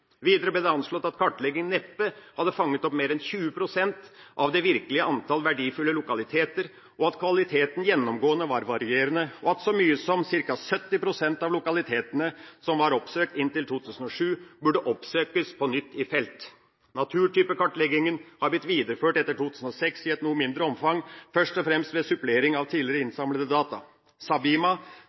Videre ble det anslått at kartleggingen neppe hadde fanget opp mer enn 20 pst. av det virkelige antallet verdifulle lokaliteter, at kvaliteten gjennomgående var varierende, og at så mye som ca. 70 pst. av lokalitetene som var oppsøkt inntil 2007, burde oppsøkes på nytt i felt. Naturtypekartleggingen har blitt videreført etter 2006 i et noe mindre omfang, først og fremst ved supplering av tidligere innsamlede data. SABIMA,